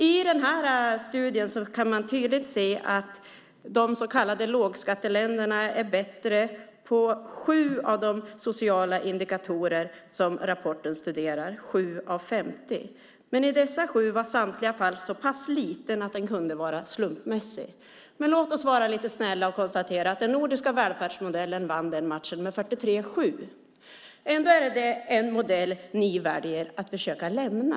I studien kan man tydligt se att de så kallade lågskatteländerna är bättre på 7 av 50 sociala indikatorer som rapporten studerar. Men i dessa 7 fall var skillnaden så pass liten att den kunde vara slumpmässig. Men låt oss vara lite snälla och konstatera att den nordiska välfärdsmodellen vann den matchen med 43-7. Ändå är det den modell som ni väljer att försöka lämna.